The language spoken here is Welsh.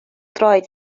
droed